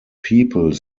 people